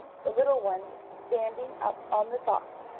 the littler ones standing up on the box,